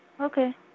Okay